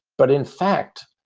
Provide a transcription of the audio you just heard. but in fact,